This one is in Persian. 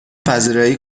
پذیرایی